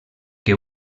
que